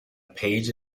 page